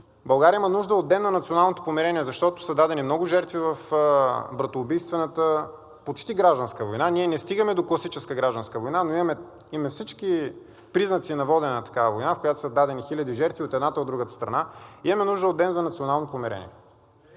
България има нужда от Ден на националното помирение, защото са дадени много жертви в братоубийствената, почти гражданска война. Ние не стигаме до класическа гражданска война, но имаме всички признаци на водене на такава война, в която са дадени хиляди жертви от едната и от другата страна. Имаме нужда от Ден за национално помирение.